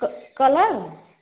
color